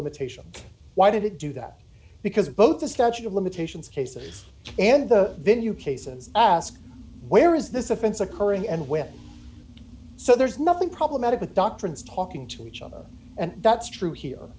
limitations why did it do that because both the statute of limitations cases and the venue cases ask where is this offense occurring and when so there's nothing problematic with doctrines talking to each other and that's true